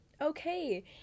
okay